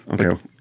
okay